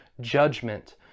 judgment